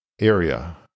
area